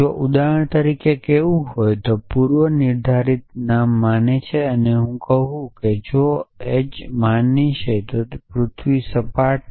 જો ઉદાહરણ તરીકે કહેવું હોય તો પૂર્વનિર્ધારિત નામ માને છે અને જો હું કહું છું કે જોહ્ન માને છે કે પૃથ્વી સપાટ છે